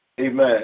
Amen